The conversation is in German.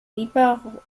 lieber